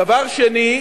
דבר שני,